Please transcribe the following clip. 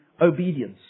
obedience